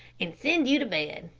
and send you to bed.